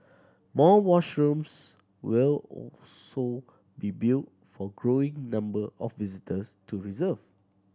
more washrooms will also be built for growing number of visitors to reserve